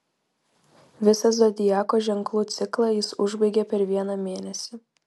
visą zodiako ženklų ciklą jis užbaigia per vieną mėnesį